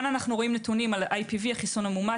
פה אנו רואים נתונים על IPV החיסון המאומת